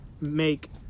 make